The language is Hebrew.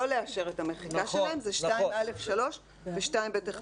של (2א3) ושל (2ב1),